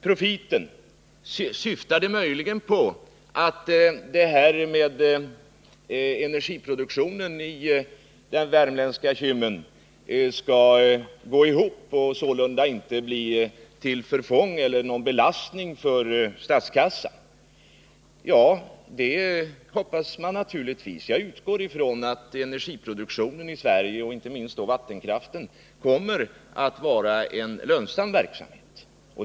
”Profiten” — syftar det möjligen på att energiproduktionen i den värmländska Kymmen skall gå ihop och sålunda inte bli till förfång eller belastning för statskassan? Det hoppas man naturligtvis. Jag utgår ifrån att energiproduktionen i Sverige, inte minst vattenkraften, kommer att vara en lönsam verksamhet.